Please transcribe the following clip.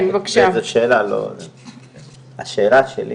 השאלה שלי: